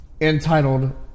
entitled